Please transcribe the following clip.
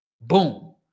boom